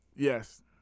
Yes